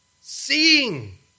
seeing